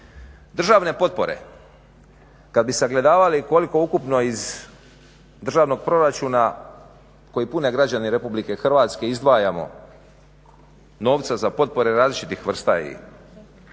Državne potpore kad bi sagledavali koliko ukupno iz državnog proračuna koji pune građani Republike Hrvatske izdvajamo novca za potpore različitih vrsta i